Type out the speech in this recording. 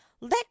Let